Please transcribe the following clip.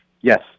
Yes